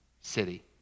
city